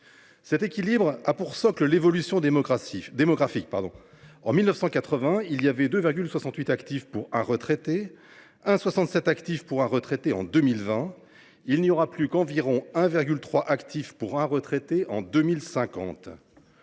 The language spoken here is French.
Cet équilibre a pour socle l’évolution démographique. En 1980, il y avait 2,68 actifs pour un retraité, contre 1,67 en 2020. Et en 2050, il n’y aura plus qu’environ 1,3 actif pour un retraité.